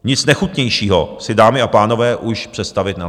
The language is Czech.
Nic nechutnějšího si, dámy a pánové, už představit nelze.